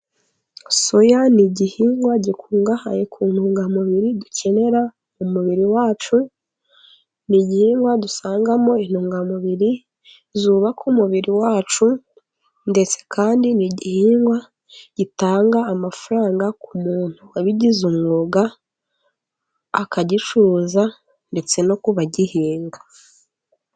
Soya ni igihingwa gikungahaye ku ntungamubiri dukenera mu mubiri wacu, ni igihingwa dusangamo intungamubiri zubaka umubiri wacu ndetse kandi n'igihingwa gitanga amafaranga, ku muntu wabigize umwuga akagicuruza ndetse no kubagihinga.